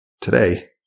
today